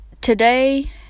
Today